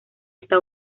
está